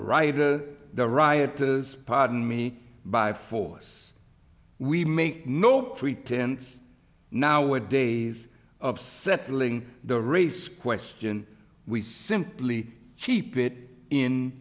or the rioters pardon me by force we make no pretense nowadays of settling the race question we simply keep it in